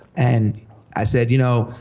and i said, you know,